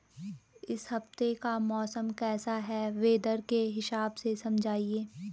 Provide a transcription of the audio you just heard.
इस हफ्ते का मौसम कैसा है वेदर के हिसाब से समझाइए?